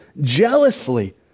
jealously